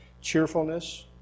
cheerfulness